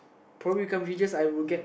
probably come religious I will get